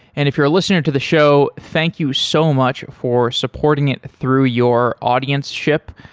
and if you're listening to the show, thank you so much for supporting it through your audienceship.